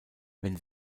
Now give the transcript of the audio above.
wenn